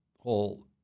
whole